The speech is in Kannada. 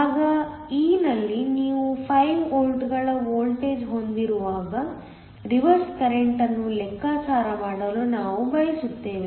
ಭಾಗ e ನಲ್ಲಿ ನೀವು 5 ವೋಲ್ಟ್ಗಳ ವೋಲ್ಟೇಜ್ ಹೊಂದಿರುವಾಗ ರಿವರ್ಸ್ ಕರೆಂಟ್ಅನ್ನು ಲೆಕ್ಕಾಚಾರ ಮಾಡಲು ನಾವು ಬಯಸುತ್ತೇವೆ